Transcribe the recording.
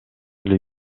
эле